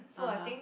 (uh huh)